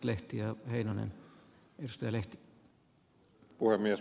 minun mielestäni ed